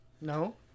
No